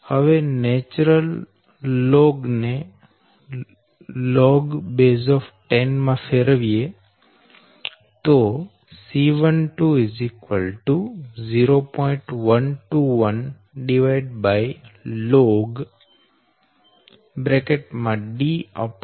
હવે natural log ln ને log માં ફેરવીએ તો C 120